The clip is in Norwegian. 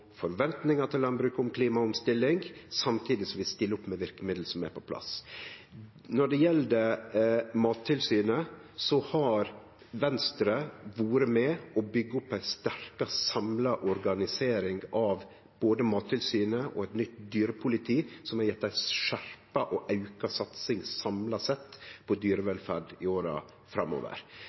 forventningar til landbruket om klimaomstilling, samtidig som vi stiller opp med verkemiddel som er på plass. Når det gjeld Mattilsynet, har Venstre vore med på å byggje opp ei sterkare samla organisering av både Mattilsynet og eit nytt dyrepoliti, noko som har gjeve ei skjerpt og auka satsing samla sett på dyrevelferd i åra framover.